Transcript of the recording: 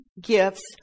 gifts